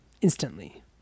instantly